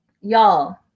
y'all